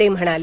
ते म्हणाले